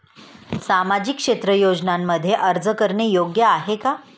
सामाजिक क्षेत्र योजनांमध्ये अर्ज करणे योग्य आहे का?